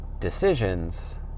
Decisions